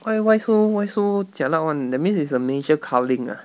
why why so why so jialat [one] that means it's a major culling ah